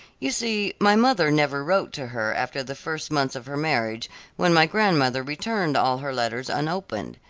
you see my mother never wrote to her after the first months of her marriage when my grandmother returned all her letters unopened.